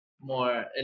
more